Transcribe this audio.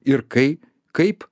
ir kai kaip